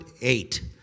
eight